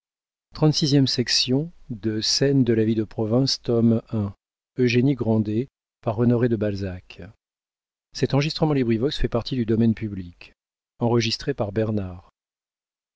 de de de la vie de province tome i author honoré de balzac